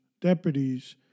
deputies